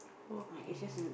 okay